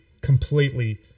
completely